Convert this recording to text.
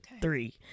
three